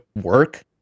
work